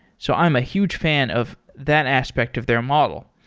so i'm a huge fan of that aspect of their model.